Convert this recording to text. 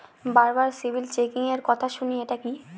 বারবার সিবিল চেকিংএর কথা শুনি এটা কি?